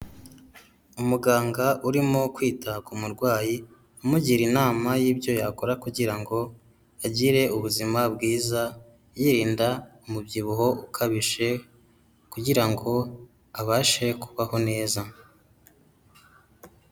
Umuganga urimo kwita ku murwayi umugira inama y'ibyo yakora kugira ngo agire ubuzima bwiza yirinda umubyibuho ukabije kugira ngo abashe kubaho neza.